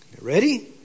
ready